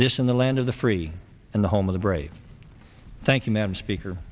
this in the land of the free and the home of the brave thank you ma'am speaker